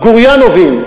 "גוריינובים".